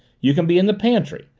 you can be in the pantry.